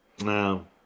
No